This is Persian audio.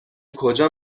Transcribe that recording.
کجا